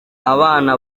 abana